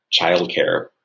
childcare